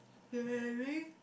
very